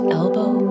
elbow